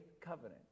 covenant